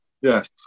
Yes